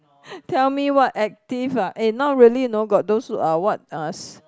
tell me what active eh not really you know got those uh what uh s